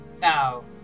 Now